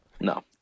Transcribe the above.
No